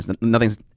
Nothing's